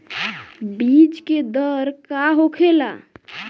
बीज के दर का होखेला?